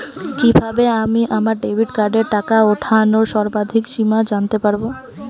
কিভাবে আমি আমার ডেবিট কার্ডের টাকা ওঠানোর সর্বাধিক সীমা জানতে পারব?